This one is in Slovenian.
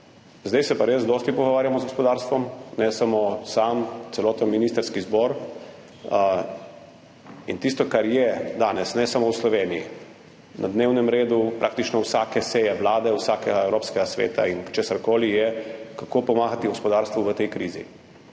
zdaj se pa res dosti pogovarjamo z gospodarstvom, ne samo sam, celoten ministrski zbor. In tisto, kar je danes, ne samo v Sloveniji, na dnevnem redu praktično vsake seje vlade, vsakega zasedanja Evropskega sveta in česarkoli je, kako pomagati gospodarstvu v tej krizi.